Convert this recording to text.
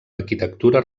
arquitectura